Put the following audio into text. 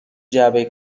جعبه